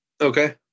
Okay